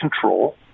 control